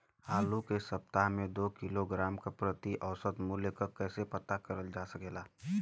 आलू के सप्ताह में दो किलोग्राम क प्रति औसत मूल्य क कैसे पता करल जा सकेला?